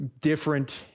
different